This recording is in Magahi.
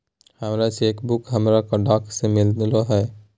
हमर चेक बुकवा हमरा डाक से मिललो हे